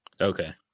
Okay